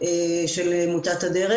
של עמותת הדרך.